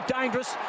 Dangerous